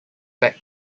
back